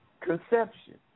Conception